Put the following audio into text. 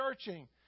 searching